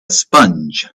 sponge